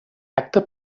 acte